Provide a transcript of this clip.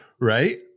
Right